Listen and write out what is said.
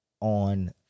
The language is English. on